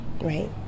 right